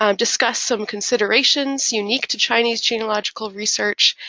um discuss some considerations unique to chinese genealogical research,